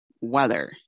weather